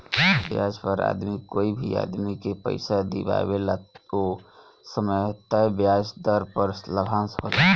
ब्याज पर आदमी कोई भी आदमी के पइसा दिआवेला ओ समय तय ब्याज दर पर लाभांश होला